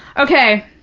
okay,